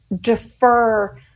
defer